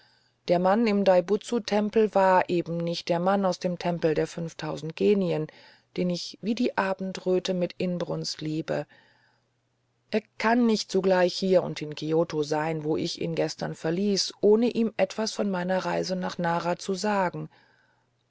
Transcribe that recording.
der mann im daibutsutempel eben war nicht der mann aus dem tempel der fünftausend genien den ich wie die abendröte mit inbrunst liebe er kann nicht zugleich hier und in kioto sein wo ich ihn gestern verließ ohne ihm etwas von meiner reise nach nara zu sagen